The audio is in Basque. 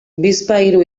bizpahiru